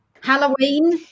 Halloween